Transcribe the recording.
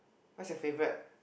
what's your favourite